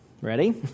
ready